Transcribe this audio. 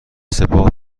سپاه